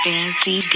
Fancy